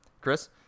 Chris